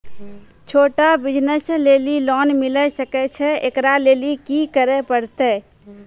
छोटा बिज़नस लेली लोन मिले सकय छै? एकरा लेली की करै परतै